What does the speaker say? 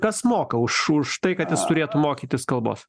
kas moka už už tai kad jis turėtų mokytis kalbos